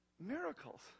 Miracles